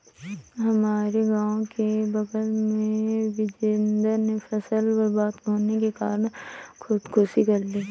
हमारे गांव के बगल में बिजेंदर ने फसल बर्बाद होने के कारण खुदकुशी कर ली